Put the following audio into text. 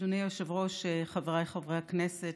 אדוני היושב-ראש, חבריי חברי הכנסת,